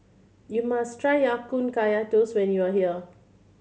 you must try Ya Kun Kaya Toast when you are here